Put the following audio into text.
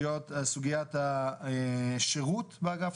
סוגיית השירות באגף,